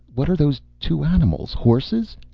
what are those two animals? horses?